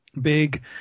big